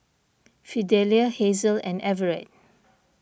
Fidelia Hazel and Everet